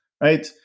right